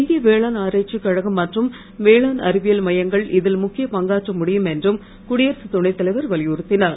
இந்திய வேளாண் ஆராய்ச்சிக் கழகம் மற்றும் வேளாண் அறிவியல் மையங்கள் இதில் முக்கிய பங்காற்ற முடியும் என்றும் குடியரசு துணை தலைவர் வலியுறுத்தினார்